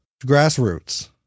Grassroots